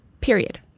Period